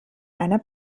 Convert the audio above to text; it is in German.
einer